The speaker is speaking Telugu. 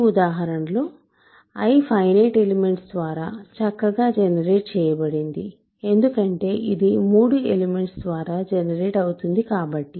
ఈ ఉదాహరణలో I ఫైనైట్ ఎలిమెంట్స్ ద్వారా చక్కగా జనరేట్ చేయబడింది ఎందుకంటే ఇది మూడు ఎలిమెంట్స్ ద్వారా జనరేట్ అవుతుంది కాబట్టి